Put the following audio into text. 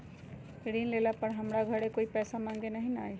ऋण लेला पर हमरा घरे कोई पैसा मांगे नहीं न आई?